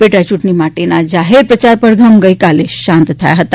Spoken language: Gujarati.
પેટા ચૂંટણી માટેના જાહેર પ્રચાર પડધમ ગઈ કાલે શાંત થયા હતા